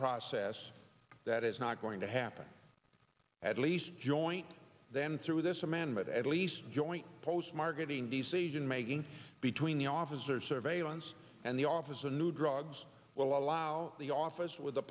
process that is not going to happen at least joint then through this amendment at least joint post marketing decision making between the officer surveillance and the office of new drugs will allow the office w